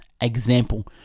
example